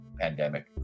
pandemic